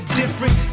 different